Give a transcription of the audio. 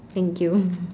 thank you